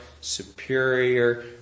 superior